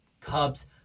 Cubs